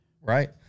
Right